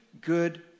good